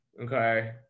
okay